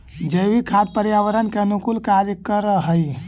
जैविक खाद पर्यावरण के अनुकूल कार्य कर हई